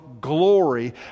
glory